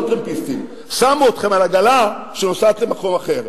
לא טרמפיסטים, שמו אתכם על עגלה שנוסעת למקום אחר.